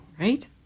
Right